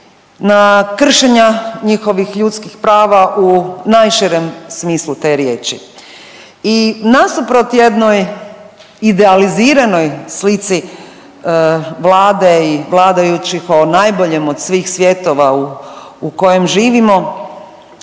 na kršenja njihovih ljudskih prava u najširem smislu te riječi i nasuprot jednoj idealiziranoj slici Vlade i vladajućih o najboljem od svih svjetova u kojem živimo